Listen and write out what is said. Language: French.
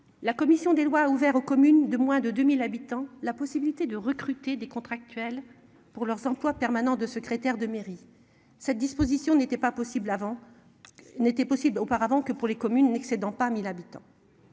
La commission des lois, ouvert aux communes de moins de 2000 habitants la possibilité de recruter des contractuels pour leurs emplois permanents de secrétaire de mairie. Cette disposition n'était pas possible avant. N'était possible auparavant que pour les communes n'excédant pas 1000 habitants.